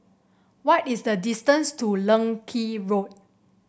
what is the distance to Leng Kee Road